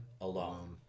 alone